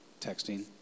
Texting